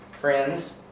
friends